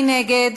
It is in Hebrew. מי נגד?